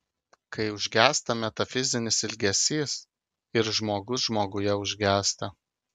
kai užgęsta metafizinis ilgesys ir žmogus žmoguje užgęsta